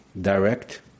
direct